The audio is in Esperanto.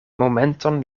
momenton